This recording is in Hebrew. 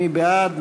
מי בעד?